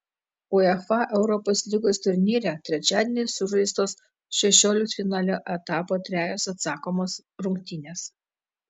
uefa europos lygos turnyre trečiadienį sužaistos šešioliktfinalio etapo trejos atsakomos rungtynės